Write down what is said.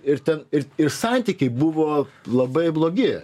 ir ten ir ir santykiai buvo labai blogi